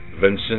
Vincent